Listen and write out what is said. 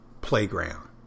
playground